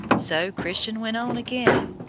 so christian went on again.